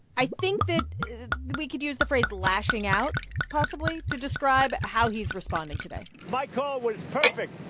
i think that we could use the phrase lashing out, possibly, to describe how he's responding today my call was perfect.